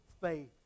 faith